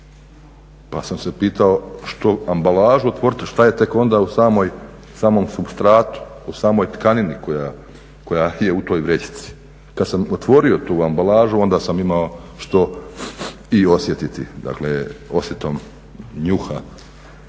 pa sam se pitao što ambalažu otvoriti, šta je tek onda u samom supstratu, u samoj tkanini koja je u toj vrećici. Kad sam otvorio tu ambalažu onda sam imao što i osjetiti, dakle osjetom njuha,